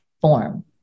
form